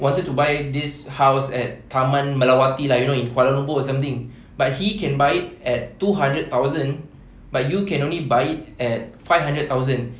wanted to buy this house at taman melawati lah you know in kuala lumpur or something but he can buy it at two hundred thousand but you can only buy it at five hundred thousand